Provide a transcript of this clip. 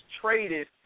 traded